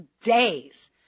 days